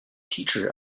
teacher